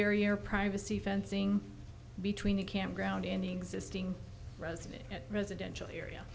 barrier privacy fencing between a campground in the existing resident at residential area